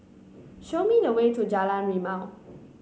show me the way to Jalan Rimau